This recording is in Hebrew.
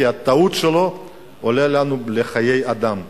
כי הטעות שלו עולה לנו בחיי אדם.